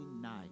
night